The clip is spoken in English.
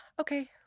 okay